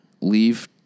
leave